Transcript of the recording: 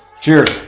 Cheers